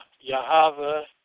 Yahweh